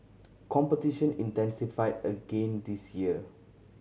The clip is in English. competition intensified again this year